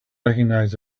recognize